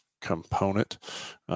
component